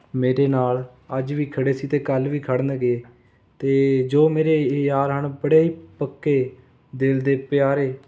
ਮੇਰੇ ਨਾਲ਼ ਅੱਜ ਵੀ ਖੜ੍ਹੇ ਸੀ ਅਤੇ ਕੱਲ ਵੀ ਖੜ੍ਹਨਗੇ ਅਤੇ ਜੋ ਮੇਰੇ ਯਾਰ ਹਨ ਬੜੇ ਹੀ ਪੱਕੇ ਦਿਲ ਦੇ ਪਿਆਰੇ